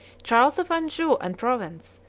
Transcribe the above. charles of anjou and provence,